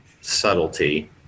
subtlety